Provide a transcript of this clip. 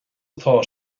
atá